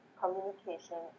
communication